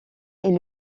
est